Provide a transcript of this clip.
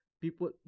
people